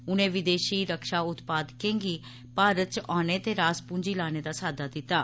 उनें विदेशी रक्षा उत्पादकें गी भारत च औने ते रासपूंजी लाने दा साददा दिता ऐ